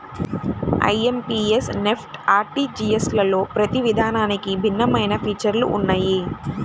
IMPS, NEFT, ఆర్టీజీయస్లలో ప్రతి విధానానికి భిన్నమైన ఫీచర్స్ ఉన్నయ్యి